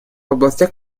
областях